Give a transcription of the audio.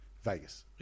Vegas